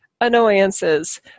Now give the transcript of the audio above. annoyances